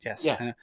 Yes